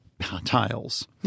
tiles